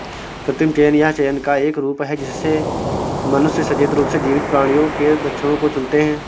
कृत्रिम चयन यह चयन का एक रूप है जिससे मनुष्य सचेत रूप से जीवित प्राणियों के लक्षणों को चुनते है